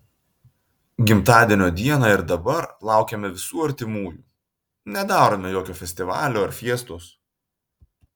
gimtadienio dieną ir dabar laukiame visų artimųjų nedarome jokio festivalio ar fiestos